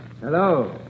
Hello